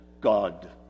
God